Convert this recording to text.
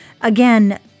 Again